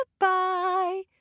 goodbye